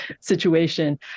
situation